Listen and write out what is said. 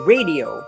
Radio